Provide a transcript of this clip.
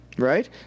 Right